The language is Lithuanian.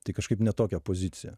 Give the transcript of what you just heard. tai kažkaip ne tokia pozicija